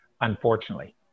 unfortunately